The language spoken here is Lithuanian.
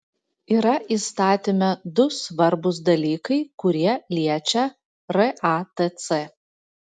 yra įstatyme du svarbūs dalykai kurie liečia ratc